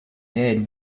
dead